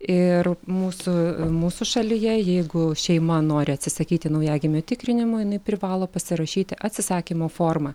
ir mūsų mūsų šalyje jeigu šeima nori atsisakyti naujagimio tikrinimo jinai privalo pasirašyti atsisakymo formą